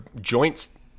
joints